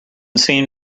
seeing